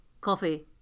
Coffee